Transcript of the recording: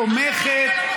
תומכת,